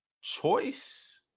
choice